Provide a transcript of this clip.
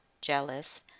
jealous